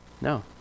No